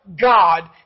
God